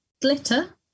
Glitter